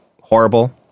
horrible